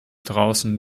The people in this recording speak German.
draußen